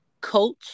coach